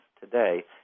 today